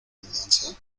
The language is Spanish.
mudanza